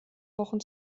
wochen